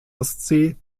ostsee